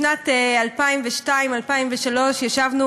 בשנת 2003-2002 ישבנו,